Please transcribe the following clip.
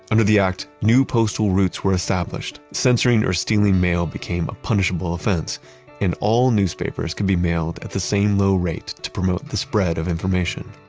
under the act. new postal routes were established, censoring or stealing mail became a punishable offense and all newspapers can be mailed at the same low rate to promote the spread of information.